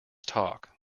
talk